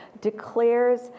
declares